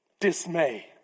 dismay